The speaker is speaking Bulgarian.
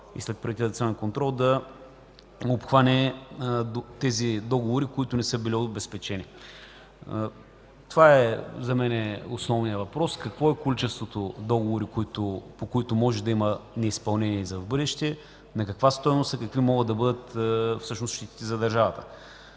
и следприватизационен контрол е успяла да обхване тези договори, които не са били обезпечени. Това е за мен основния въпрос – какво е количеството договори, по които може да има неизпълнение за в бъдеще, на каква стойност са, какви могат да бъдат щетите за държавата.